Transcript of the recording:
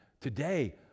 today